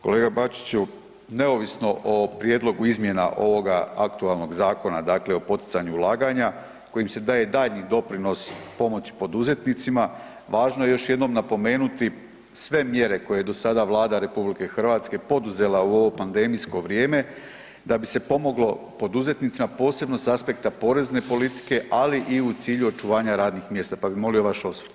Kolega Bačiću, neovisno o prijedlogu izmjena ovoga aktualnog zakona, dakle o poticanju ulaganja kojim se daje daljnji doprinos pomoći poduzetnicima, važno je još jednom napomenuti sve mjere koje je do sada Vlada RH poduzela u ovo pandemijsko vrijeme da bi se pomoglo poduzetnicima posebno sa aspekta porezne politike ali i u cilju očuvanja radnih mjesta, pa bi molio vaš osvrt.